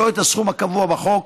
ולא את הסכום הקבוע בחוק,